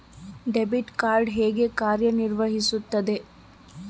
Debit card ಹೇಗೆ ಕಾರ್ಯನಿರ್ವಹಿಸುತ್ತದೆ?